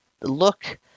look